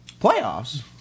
Playoffs